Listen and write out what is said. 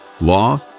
law